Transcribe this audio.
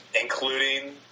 Including